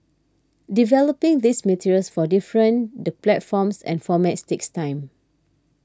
developing these materials for different the platforms and formats takes time